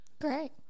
Great